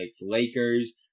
Lakers